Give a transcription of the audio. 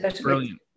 Brilliant